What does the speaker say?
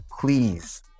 Please